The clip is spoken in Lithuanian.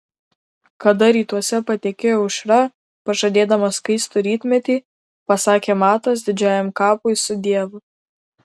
kada rytuose patekėjo aušra pažadėdama skaistų rytmetį pasakė matas didžiajam kapui sudiev